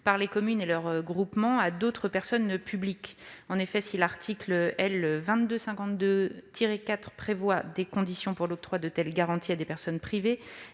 par les communes et leurs groupements à d'autres personnes publiques. En effet, si l'article L. 2252-4 prévoit des conditions pour l'octroi de telles garanties à des personnes privées,